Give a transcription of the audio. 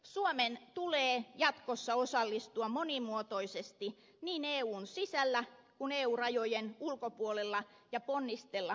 suomen tulee jatkossa osallistua monimuotoisesti niin eun sisällä kuin eun rajojen ulkopuolella ja ponnistella turvallisuuden eteen